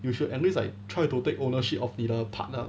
you should at least like try to take ownership of 你的 part lah